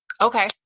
Okay